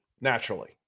naturally